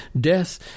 death